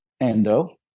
endo